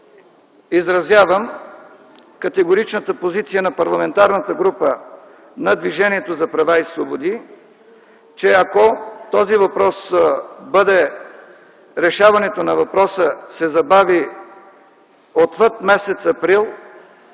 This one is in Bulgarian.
изразявам категоричната позиция на Парламентарната група на Движението за права и свободи, че ако решаването на въпроса се забави отвъд м. април,